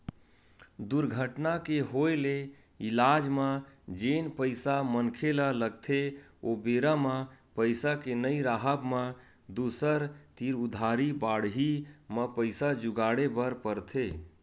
दुरघटना के होय ले इलाज म जेन पइसा मनखे ल लगथे ओ बेरा म पइसा के नइ राहब म दूसर तीर उधारी बाड़ही म पइसा जुगाड़े बर परथे